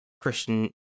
Christian